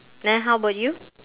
then how about you